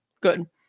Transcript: good